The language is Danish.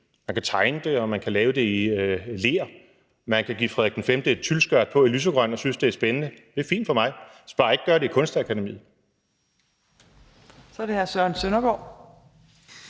man kan tegne det, og man kan lave det i ler; man kan give Frederik V et lysegrønt tylskørt på og synes, det er spændende. Det er fint for mig. Man skal bare ikke gøre det på Kunstakademiet. Kl. 18:57 Fjerde næstformand